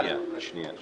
שנייה, שנייה.